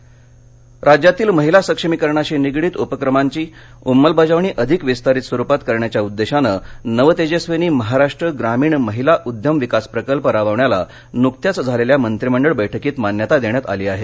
नवतेजस्विनी राज्यातील महिला सक्षमीकरणाशी निगडीत उपक्रमांची अंमलबजावणी अधिक विस्तारित स्वरुपात करण्याच्या उद्देशानं नवतेजस्विनी महाराष्ट्र ग्रामीण महिला उद्यम विकास प्रकल्प राबवण्याला नुकत्याच झालेल्या मंत्रिमंडळ बैठकीत मान्यता देण्यात आली आहे